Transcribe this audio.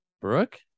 Brooke